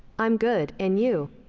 i'm good. and you?